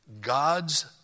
God's